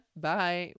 bye